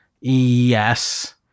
Yes